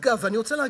אגב,